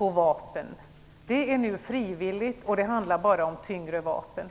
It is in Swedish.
över vapen. Det är nu frivilligt, och det handlar bara om tyngre vapen.